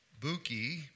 Buki